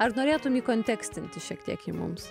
ar norėtum įkontekstinti šiek tiek jį mums